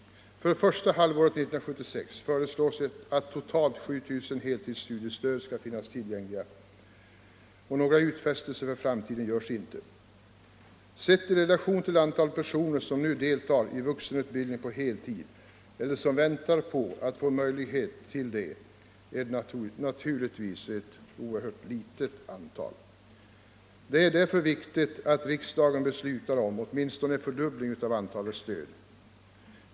För första halvåret 1976 föreslås att totalt 7 000 heltidsstudiestöd skall finnas tillgängliga, och några utfästelser för framtiden görs inte. Sett i relation till antalet personer som nu deltar i vuxenutbildning på heltid eller som väntar på att få möjlighet härtill är det naturligtvis ett oerhört litet antal. Det är därför viktigt, att riksdagen beslutar om åtminstone en fördubbling av antalet stöd.